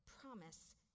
promise